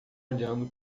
olhando